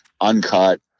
uncut